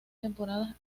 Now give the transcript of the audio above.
temporadas